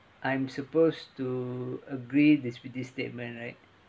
I'm supposed to agree this with this statement right